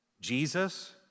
Jesus